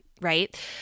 right